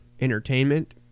entertainment